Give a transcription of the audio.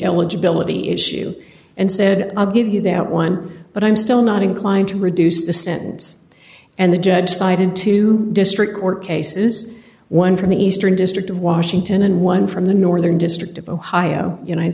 eligibility issue and said i'll give you that one but i'm still not inclined to reduce the sentence and the judge sided to district court cases one from the eastern district of washington and one from the northern district of ohio united